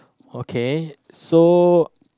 okay so